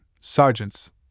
sergeants